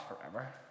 forever